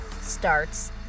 starts